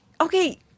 Okay